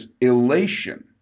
elation